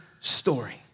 story